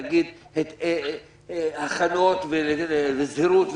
ההכנות והזירוז,